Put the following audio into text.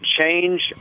change